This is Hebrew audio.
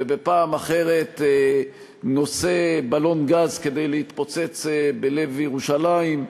ובפעם אחרת נושא בלון גז כדי להתפוצץ בלב ירושלים.